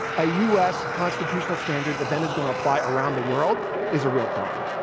a u. s. constitutional standard, that then is going to apply around the world is a real problem.